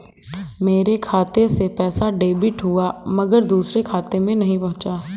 मेरे खाते से पैसा डेबिट हुआ मगर दूसरे खाते में नहीं पंहुचा